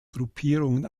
gruppierungen